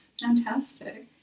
Fantastic